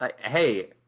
Hey